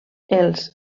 els